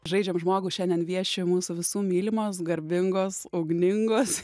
žaidžiam žmogų šiandien vieši mūsų visų mylimos garbingos ugningos